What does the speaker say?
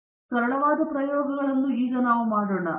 ಆದ್ದರಿಂದ ಈಗ ನಾವು ಸರಳವಾದ ಪ್ರಯೋಗಗಳನ್ನು ಮಾಡೋಣ